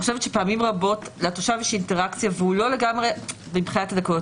פעמים רבות לתושב יש אינטראקציה והוא לא לגמרי מבחינת הדקויות,